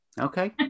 Okay